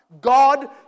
God